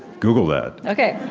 google that okay